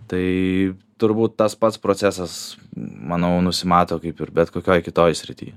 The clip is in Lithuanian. tai turbūt tas pats procesas manau nusimato kaip ir bet kokioj kitoj srity